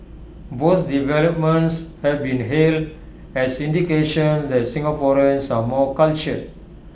both developments have been hailed as indications that Singaporeans are more cultured